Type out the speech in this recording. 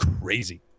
crazy